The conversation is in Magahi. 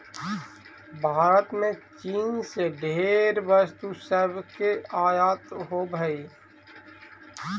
भारत में चीन से ढेर वस्तु सब के आयात होब हई